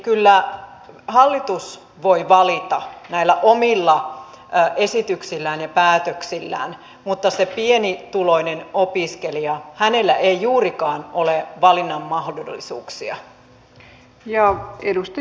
kyllä hallitus voi valita näillä omilla esityksillään ja päätöksillään mutta sillä pienituloisella opiskelijalla ei juurikaan ole valinnan mahdollisuuksia